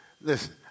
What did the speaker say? Listen